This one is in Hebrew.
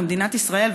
כמדינת ישראל,